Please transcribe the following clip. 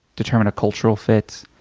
determine a cultural fit,